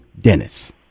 Dennis